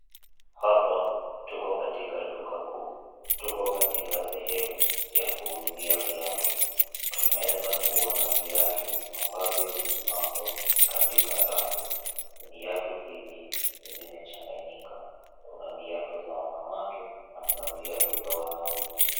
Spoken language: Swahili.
Hapa tuko katika duka kuu, tuko katika sehemu ya kuuzia viatu. Tunaeza kuona viatu ambavyo vimepangwa katika rafu. Viatu hivi zimechanganyika, kuna viatu za wanawake na kuna viatu za wanaume.